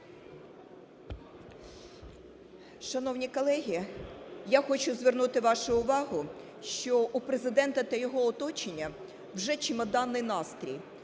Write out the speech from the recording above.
Шановні колеги, я хочу звернути вашу увагу, що у Президента та його оточення вже чемоданний настрій,